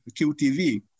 QTV